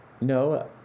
No